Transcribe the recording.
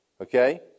Okay